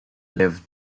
lived